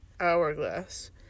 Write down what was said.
hourglass